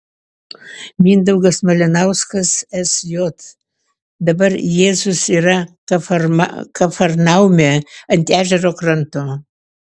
mindaugas malinauskas sj dabar jėzus yra kafarnaume ant ežero kranto